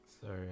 Sorry